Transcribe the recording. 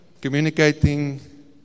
communicating